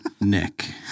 Nick